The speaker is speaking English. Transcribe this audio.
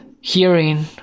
hearing